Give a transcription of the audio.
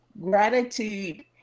gratitude